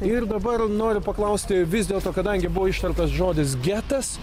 ir dabar noriu paklausti vis dėlto kadangi buvo ištartas žodis getas